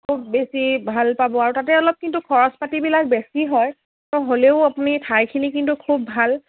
খুব বেছি ভাল পাব আৰু তাতে অলপ কিন্তু খৰচ পাতিবিলাক বেছি হয় ত' হ'লেও আপুনি ঠাইখিনি কিন্তু খুব ভাল